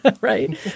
Right